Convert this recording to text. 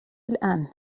الآن